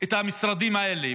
את המשרדים האלה.